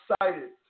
excited